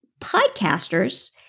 podcasters